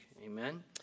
Amen